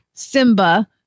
Simba